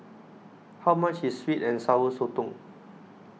How much IS Sweet and Sour Sotong